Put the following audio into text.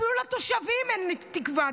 אפילו לתושבים אין תקווה,